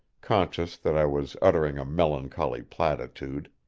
conscious that i was uttering a melancholy platitude.